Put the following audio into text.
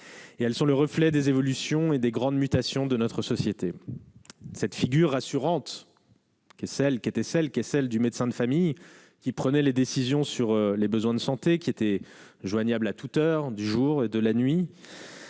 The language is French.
Elles sont le reflet des évolutions et des grandes mutations de notre société. La figure rassurante du médecin de famille qui prenait les décisions de santé, qui était joignable à toute heure du jour et de la nuit